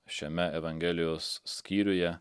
šiame evangelijos skyriuje